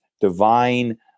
divine